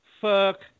fuck